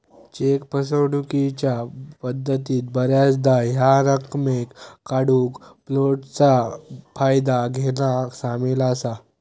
check फसवणूकीच्या पद्धतीत बऱ्याचदा ह्या रकमेक काढूक फ्लोटचा फायदा घेना सामील असा